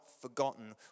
forgotten